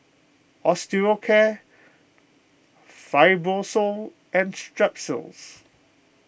Osteocare Fibrosol and Strepsils